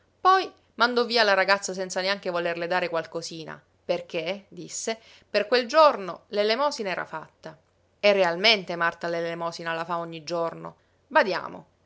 poi mandò via la ragazza senza neanche volerle dare qualcosina perché disse per quel giorno l'elemosina era fatta e realmente marta l'elemosina la fa ogni giorno badiamo